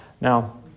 Now